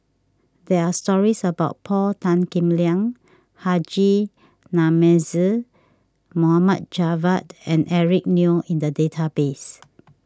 there are stories about Paul Tan Kim Liang Haji Namazie Mohd Javad and Eric Neo in the database